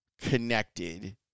connected